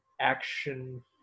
action